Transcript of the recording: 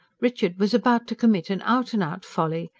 richard was about to commit an out-and-out folly,